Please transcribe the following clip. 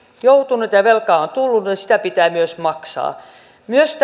joutunut ja ja velkaa on tullut niin sitä pitää myös maksaa myös